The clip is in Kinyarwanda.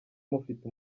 mufite